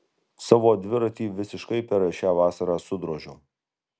savo dviratį visiškai per šią vasarą sudrožiau